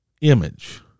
image